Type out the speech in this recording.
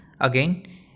again